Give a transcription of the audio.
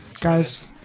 guys